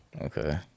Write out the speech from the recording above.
Okay